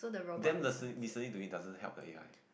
them listening listening to you doesn't help the A_I